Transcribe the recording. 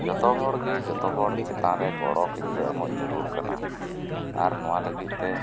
ᱡᱚᱛᱚ ᱦᱚᱲ ᱜᱮ ᱡᱚᱛᱚ ᱦᱚᱲ ᱪᱮᱛᱟᱱ ᱨᱮ ᱜᱚᱲ ᱠᱤᱱᱛᱩ ᱮᱢᱚᱜ ᱡᱟᱹᱨᱩᱲ ᱠᱟᱱᱟ ᱟᱨ ᱱᱚᱣᱟ ᱞᱟᱹᱜᱤᱫ ᱛᱮ